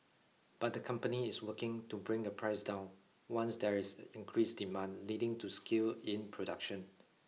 but the company is working to bring the price down once there is increased demand leading to scale in production